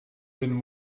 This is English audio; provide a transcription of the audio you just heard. been